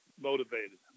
motivated